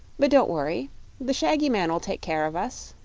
but don't worry the shaggy man will take care of us.